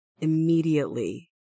immediately